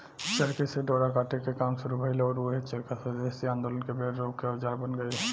चरखे से डोरा काटे के काम शुरू भईल आउर ऊहे चरखा स्वेदेशी आन्दोलन के बेर लोग के औजार बन गईल